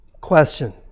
Question